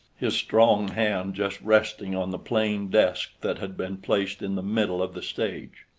his strong hand just resting on the plain desk that had been placed in the middle of the stage.